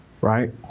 right